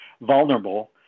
vulnerable